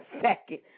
second